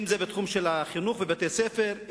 אם בתחום של החינוך ובתי-הספר,